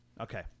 Okay